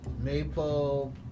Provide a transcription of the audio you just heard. maple